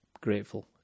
grateful